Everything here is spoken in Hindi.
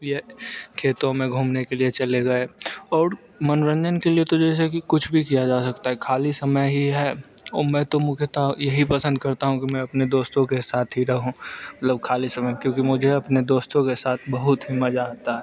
या खेतों में घूमने के लिए चले गए और मनोरंजन के लिए तो जैसे कुछ भी किया जा सकता है ख़ाली समय ही है और मैं तो मुख्यतः यही पसंद करता हूँ कि मैं अपने दोस्तों के साथ ही रहूँ मतलब ख़ाली समय क्योंकि मुझे अपने दोस्तों के साथ बहुत ही मज़ा आता